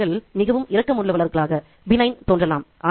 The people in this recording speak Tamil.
மனிதர்கள் மிகவும்இரக்கமுள்ளவர்களாக தோன்றலாம்